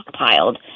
stockpiled